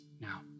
now